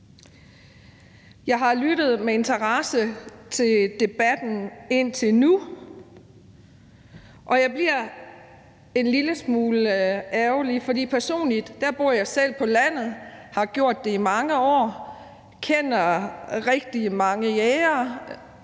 Jeg har lyttet med interesse til debatten indtil nu, og jeg bliver en lille smule ærgerlig, for jeg bor selv på landet, har gjort det i mange år, kender rigtig mange jægere,